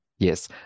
Yes